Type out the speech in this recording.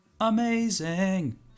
Amazing